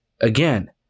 again